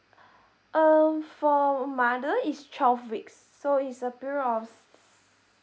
um for mother is twelve weeks so is a period of